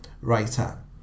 writer